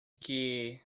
que